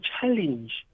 challenge